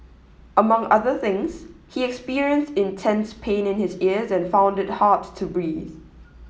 among other things he experienced intense pain in his ears and found it hard to breathe